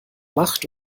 macht